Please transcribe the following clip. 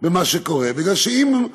במה שקורה, כי אם אנחנו